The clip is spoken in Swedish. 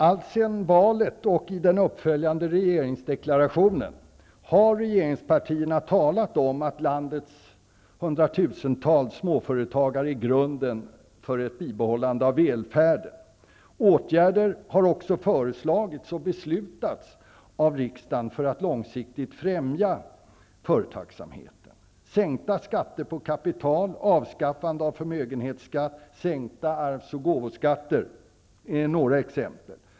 Alltsedan valet och i den uppföljande regeringsdeklarationen har regeringspartierna talat om att landets 300 000--400 000 småföretagare utgör grunden till ett bibehållande av välfärden. Åtgärder har också föreslagits och beslutats av riksdagen för att långsiktigt främja företagsamheten. Sänkta skatter på kapital, avskaffande av förmögenhetsskatt, sänkta arvsoch gåvoskatter är några exempel.